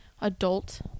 adult